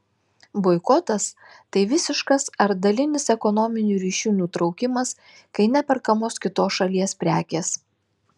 boikotas tai visiškas ar dalinis ekonominių ryšių nutraukimas kai neperkamos kitos šalies prekės